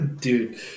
Dude